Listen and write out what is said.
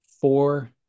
four